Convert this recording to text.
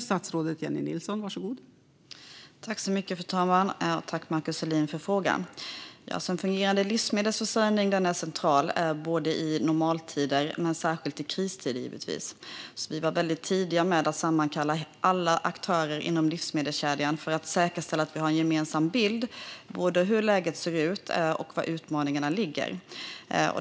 Fru talman! Tack, Markus Selin, för frågan! En fungerande livsmedelsförsörjning är central i normala tider, men särskilt i kristider, givetvis. Vi var tidiga med att sammankalla alla aktörer i livsmedelskedjan för att säkerställa att vi har en gemensam bild både av hur läget ser ut och av var utmaningarna finns.